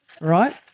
right